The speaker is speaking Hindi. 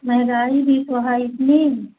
मैं जा रही थी वहाँ इतनी